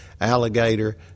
Alligator